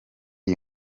iyi